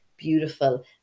beautiful